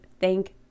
Thank